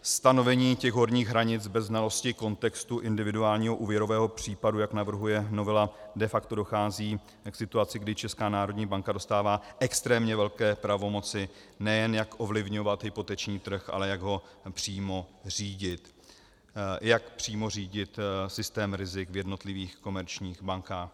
Stanovením horních hranice bez znalosti kontextu individuálního úvěrového případu, jak navrhuje novela, de facto dochází k situaci, kdy Česká národní banka dostává extrémně velké pravomoci, nejen jak ovlivňovat hypoteční trh, ale jak přímo řídit systém rizik v jednotlivých komerčních bankách.